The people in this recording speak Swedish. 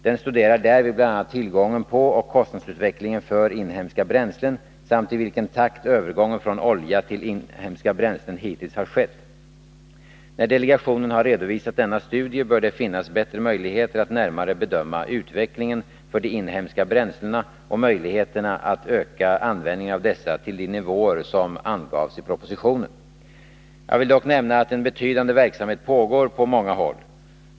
Den studerar därvid bl.a. tillgången på och kostnadsutvecklingen för inhemska bränslen samt i vilken takt övergången från olja till inhemska bränslen hittills har skett. När delegationen har redovisat denna studie bör det finnas bättre möjligheter att närmare bedöma utvecklingen för de inhemska bränslena och möjligheterna att öka användningen av dessa till de nivåer som angavs i propositionen. Jag vill dock nämna att en betydande verksamhet pågår på många håll.